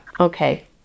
okay